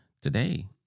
today